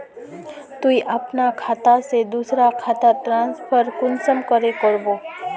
तुई अपना खाता से दूसरा खातात ट्रांसफर कुंसम करे करबो?